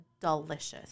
delicious